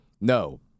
No